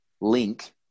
link